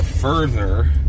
further